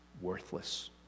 Worthless